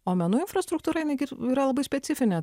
o menų infrastruktūra jinai gi yra labai specifinė